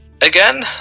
Again